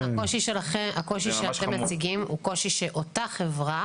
הקושי שאתם מציגים הוא זה שאותה חברה